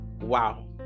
wow